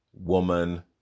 woman